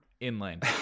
inland